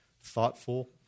thoughtful